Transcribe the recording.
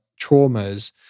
traumas